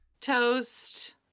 toast